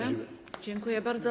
Dziękuję bardzo.